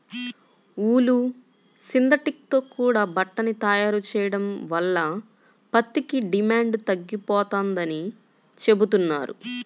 ఊలు, synthetic తో కూడా బట్టని తయారు చెయ్యడం వల్ల పత్తికి డిమాండు తగ్గిపోతందని చెబుతున్నారు